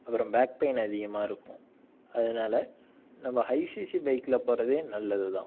அப்புறம் back pain அதிகமாக இருக்கும் அதனால நம்ம ஹை சிசி பைக்ல போகிறதே நல்லது தான்